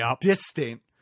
distant